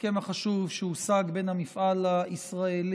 19 חברי כנסת בעד, אין